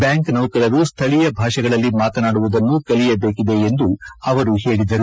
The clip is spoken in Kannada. ಬ್ಖಾಂಕ್ ನೌಕರರು ಸ್ವಳೀಯ ಭಾಷೆಗಳಲ್ಲಿ ಮಾತನಾಡುವುದನ್ನು ಕಲಿಯಬೇಕಿದೆ ಎಂದು ಅವರು ಹೇಳಿದರು